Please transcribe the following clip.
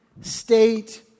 state